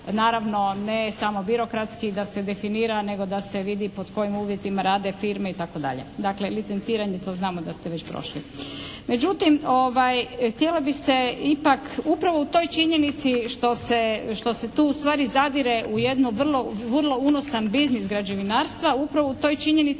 naravno ne samo birokratski da se definira nego da se vidi pod kojim uvjetima rade firme itd. Dakle, licenciranje to znamo da ste već prošli. Međutim, htjela bih se ipak upravo u toj činjenici što se tu ustvari zadire u jedan vrlo unosan biznis građevinarstva upravo u toj činjenici